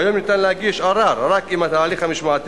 כיום ניתן להגיש ערר רק אם ההליך המשמעתי